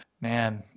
man